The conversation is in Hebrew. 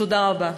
תודה רבה.